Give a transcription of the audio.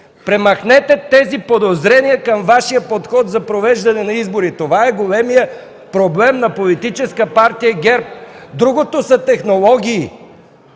Премахнете тези подозрения към Вашия подход за провеждане на избори. Това е големият проблем на Политическа партия ГЕРБ. Другото са технологии.